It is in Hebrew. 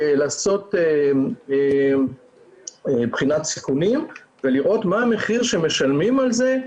לעשות בחינת סיכונים ולראות מה המחיר שמשלמים על זה.